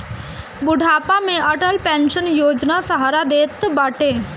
बुढ़ापा में अटल पेंशन योजना सहारा देत बाटे